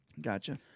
Gotcha